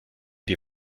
die